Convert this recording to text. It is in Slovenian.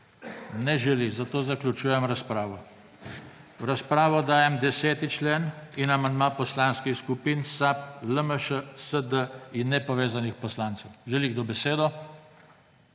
(Ne.) Zaključujem razpravo. V razpravo dajem 10. člen in amandma Poslanskih skupin SAB, LMŠ, SD in Nepovezanih poslancev. Želi kdo besedo?